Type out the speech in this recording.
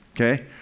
okay